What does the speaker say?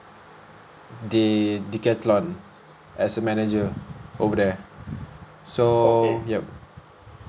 the Decathlon as a manager over there so ya